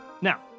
Now